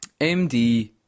MD